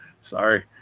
sorry